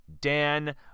Dan